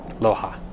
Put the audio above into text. Loha